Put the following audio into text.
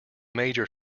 major